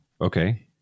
Okay